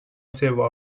seva